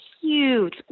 huge